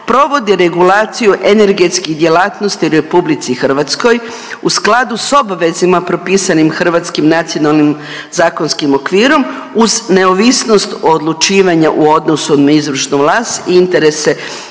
provodi regulaciju energetskih djelatnosti u RH u skladu s obvezama propisanim hrvatskim nacionalnim zakonskim okvirom uz neovisnost odlučivanja u odnosu na izvršnu vlast i interese